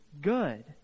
good